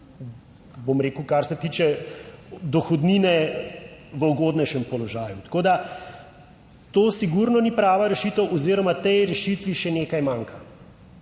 bom rekel, kar se tiče dohodnine v ugodnejšem položaju. Tako, da to sigurno ni prava rešitev oziroma tej rešitvi še nekaj manjka.